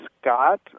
Scott